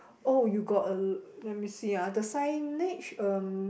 oh you got a let me see ah the signage um